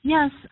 Yes